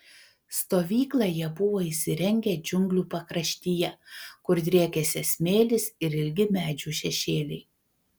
stovyklą jie buvo įsirengę džiunglių pakraštyje kur driekėsi smėlis ir ilgi medžių šešėliai